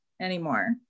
anymore